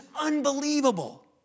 unbelievable